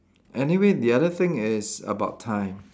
anyway the other thing is about time